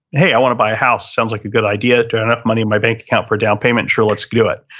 hey, i want to buy a house. sounds like a good idea to earn enough money in my bank account for down payment. sure, let's do it.